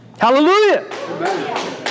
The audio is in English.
Hallelujah